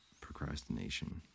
procrastination